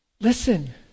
listen